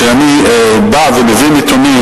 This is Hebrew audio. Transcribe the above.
כשאני בא ומביא נתונים,